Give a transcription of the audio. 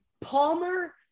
Palmer